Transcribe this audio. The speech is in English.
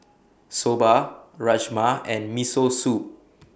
Soba Rajma and Miso Soup